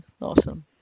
awesome